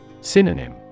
Synonym